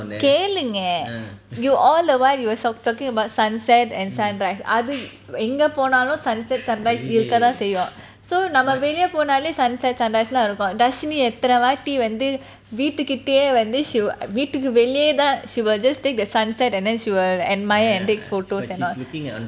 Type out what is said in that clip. கேளுங்க:kelunga you all the while you were talking about sunset and sunrise அது எங்க போனாலும்:adhu enga ponalum sunset sunrise இருக்க தான் செய்யும்:iruka thaan seium so நம்ம வெளிய போனாலே:namma veliya ponale sunset sunrise லாம் இருக்கும் தர்ஷினி எத்தின வாட்டி வந்து வீட்டு கிட்டயே வந்து வீட்டுக்கு வெளியவே:laam irukum dharshini ethina vaati vanthu veetu kitaye vanthu veetuku veliyave she will just take the sunset and then she will admire and take photos and all